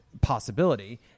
possibility